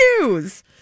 News